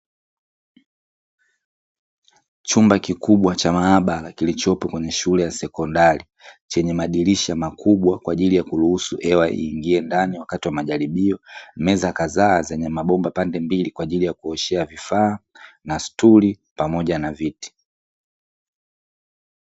Chumba kikubwa cha maabara kilichopo kwenye shule ya sekondari chenye madirisha makubwa kwa ajili ya kuruhusu hewa iingie ndani wakati wa majaribio, meza kadhaa zenye mabomba pande mbili kwa ajili ya kuoshea vifaa na sturi pamoja na viti.